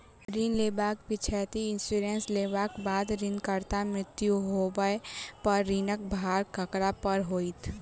ऋण लेबाक पिछैती इन्सुरेंस लेबाक बाद ऋणकर्ताक मृत्यु होबय पर ऋणक भार ककरा पर होइत?